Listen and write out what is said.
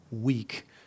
weak